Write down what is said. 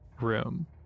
room